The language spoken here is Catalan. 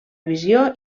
visió